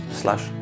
slash